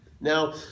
Now